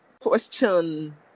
question